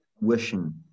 wishing